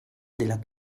della